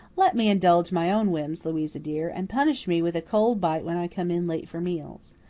let me indulge my own whims, louisa dear, and punish me with a cold bite when i come in late for meals.